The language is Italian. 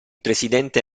presidente